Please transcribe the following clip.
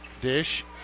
Dish